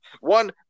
one